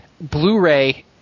Blu-ray